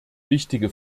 wichtige